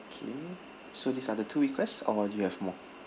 okay so these are the two requests or you have more mm